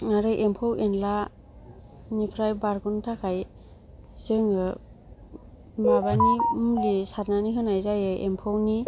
आरो एम्फौ एनलानिफ्राय बारग'नो थाखाय जोङो माबानि मुलि सारनानै होनाय जायो एम्फौनि